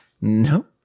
No